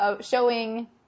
showing